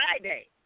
Friday